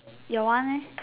your one leh